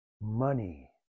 money